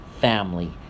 family